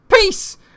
peace